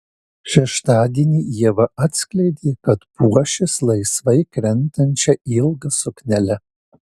šeštadienį ieva atskleidė kad puošis laisvai krentančia ilga suknele